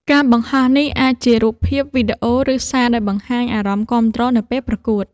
ការបង្ហោះនេះអាចជារូបភាព វីដេអូ ឬសារដែលបង្ហាញអារម្មណ៍គាំទ្រនៅពេលប្រកួត។